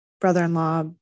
brother-in-law